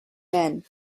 been